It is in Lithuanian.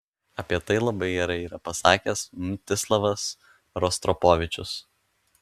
apie tai labai gerai yra pasakęs mstislavas rostropovičius